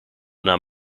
naar